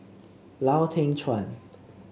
Lau Teng Chuan